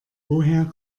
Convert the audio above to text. woher